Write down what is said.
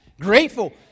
grateful